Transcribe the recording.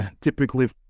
typically